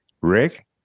Rick